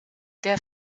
der